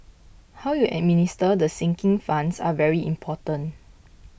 how you administer the sinking funds are very important